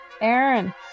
Aaron